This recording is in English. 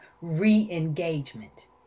re-engagement